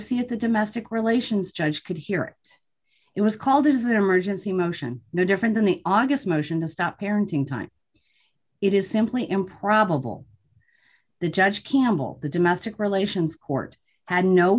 see if the domestic relations judge could hear it it was called is an emergency motion no different than the august motion to stop parenting time it is simply improbable the judge campbell the domestic relations court had no